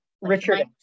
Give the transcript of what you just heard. Richard